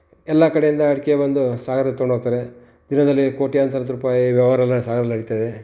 ಎಲ್ಲ ಕಡೆಯಿಂದ ಅಡಿಕೆ ಬಂದು ಸಾಗರ ಹೋಗ್ತಾರೆ ದಿನದಲ್ಲಿ ಕೋಟ್ಯಾಂತರ ರೂಪಾಯಿ ವ್ಯವಹಾರ ಎಲ್ಲ ಸಾಗರದಲ್ಲಿ ನಡೀತಾ ಇದೆ